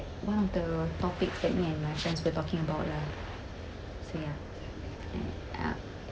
one of the topic that me and my friends were talking about lah so ya and uh